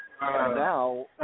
now